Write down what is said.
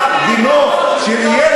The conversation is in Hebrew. מסית שכמוך.